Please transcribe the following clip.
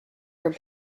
are